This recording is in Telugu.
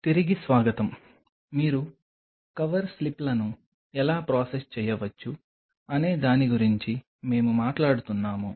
తిరిగి స్వాగతం మీరు కవర్ స్లిప్లను ఎలా ప్రాసెస్ చేయవచ్చు అనే దాని గురించి మేము మాట్లాడుతున్నాము